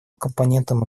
компонентом